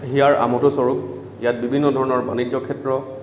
হিয়াৰ আমঠু স্বৰূপ ইয়াত বিভিন্ন ধৰণৰ বাণিজ্যক্ষেত্ৰ